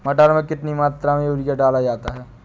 मटर में कितनी मात्रा में यूरिया डाला जाता है?